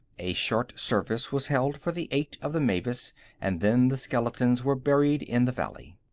a short service was held for the eight of the mavis and then the skeletons were buried in the valley.